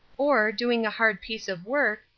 or, doing a hard piece of work,